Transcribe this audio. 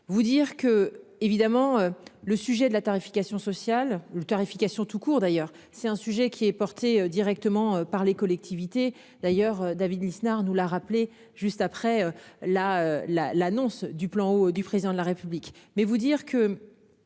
Vous dire que, évidemment, le sujet de la tarification sociale tarification tout court d'ailleurs c'est un sujet qui est porté directement par les collectivités. D'ailleurs, David Lisnard nous l'a rappelé, juste après la, la, l'annonce du plan eau du président de la République mais vous dire que.